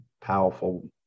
powerful